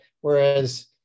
whereas